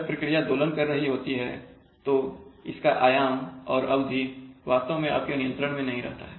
जब प्रक्रिया दोलन कर रही होती है तो इसका आयाम और अवधि वास्तव में आपके नियंत्रण मैं नहीं रहता है